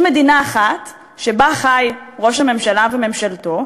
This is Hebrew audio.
מדינה אחת שבה חיים ראש הממשלה וממשלתו,